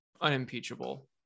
unimpeachable